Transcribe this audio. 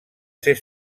ser